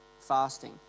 fasting